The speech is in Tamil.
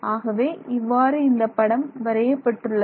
ஆகவே இவ்வாறு இந்த படம் வரையப்பட்டுள்ளது